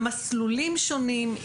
המסלולים שונים,